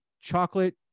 chocolate